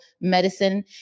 medicine